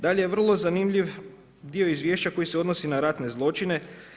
Dalje, vrlo zanimljiv dio izvješća koji se odnosi na ratne zločine.